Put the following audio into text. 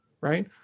Right